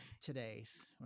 today's